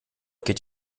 geht